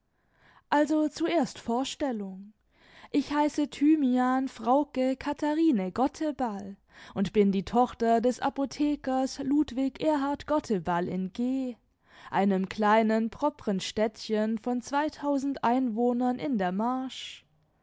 also zuerst vorstellung ich heiße thymian frauke katharine gotteball und bin die tochter des apothekers ludwig erhard gotteball in g einem kleinen propren städtchen von zweitausend einwohnern in der marsch